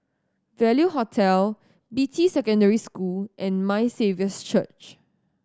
Value Hotel Beatty Secondary School and My Saviour's Church